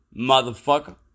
motherfucker